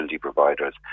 providers